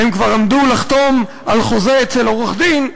הם כבר עמדו לחתום על חוזה אצל עורך-דין,